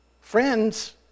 Friends